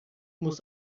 muss